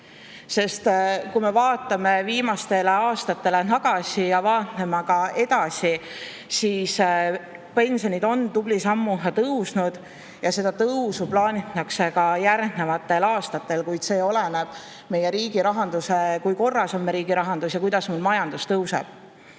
tõsi! Kui me vaatame viimastele aastatele tagasi ja vaatame ka edasi, siis on pensionid tubli sammu tõusnud ja pensionide tõusu plaanitakse ka järgmistel aastatel, kuid see oleneb meie riigi rahandusest, kui korras on meie riigi rahandus ja kuidas meil majandus tõuseb.